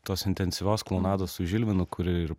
tos intensyvios kolonados su žilvinu kur ir